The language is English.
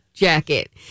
jacket